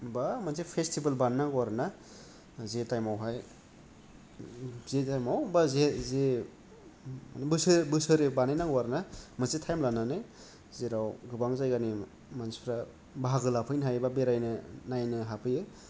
बा मोनसे फेसतिभेल बानायनांगै आरो ना जे थाइमाव हाय फ्रि थाइमाव बा जे जे बोसोरे बोसोरे बानाय नांगौ आरोना मोनसे थाइम लानानै जेराव गोबां जायगानि मानसिफोरा बाहागो लाफैनो हायो एबा बेरायनो नायनो हाफैयो